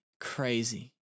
crazy